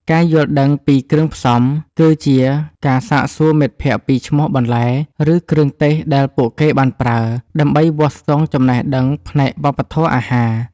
ការយល់ដឹងពីគ្រឿងផ្សំ គឺជាការសាកសួរមិត្តភក្តិពីឈ្មោះបន្លែ ឬគ្រឿងទេសដែលពួកគេបានប្រើ ដើម្បីវាស់ស្ទង់ចំណេះដឹងផ្នែកវប្បធម៌អាហារ។